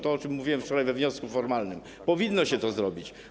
To, o czym mówiłem wczoraj we wniosku formalnym: powinno się to zrobić.